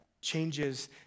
changes